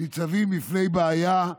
ניצבים בפני בעיה,